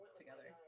together